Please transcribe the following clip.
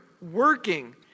working